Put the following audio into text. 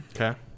Okay